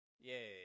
Yay